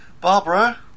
Barbara